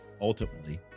ultimately